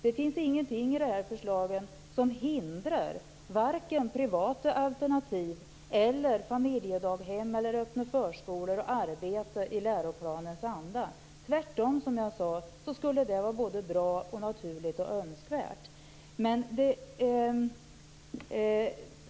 Det finns ingenting i förslaget som hindrar vare sig privata alternativ, familjedaghem eller öppna förskolor att arbeta i läroplanens anda. Tvärtom skulle det som jag sade vara både bra, naturligt och önskvärt.